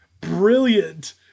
brilliant